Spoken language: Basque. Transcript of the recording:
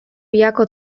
beharko